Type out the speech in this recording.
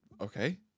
okay